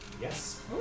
Yes